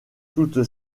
toutes